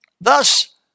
thus